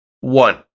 one